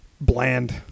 bland